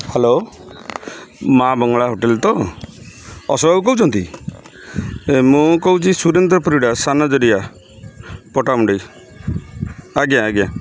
hello ମା' Mangala hotel ତ ଅଶୋକ ବାବୁ କହୁଛନ୍ତି ମୁଁ କହୁଛି ସୁରେନ୍ଦ୍ର ପରୀଡ଼ା ସାନ ଜରିଆ ପଟାମୁଣ୍ଡେଇ ଆଜ୍ଞା ଆଜ୍ଞା